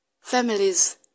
families